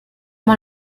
mal